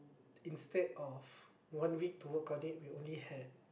instead of one week to work on it we only had